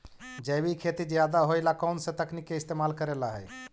जैविक खेती ज्यादा होये ला कौन से तकनीक के इस्तेमाल करेला हई?